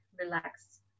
relax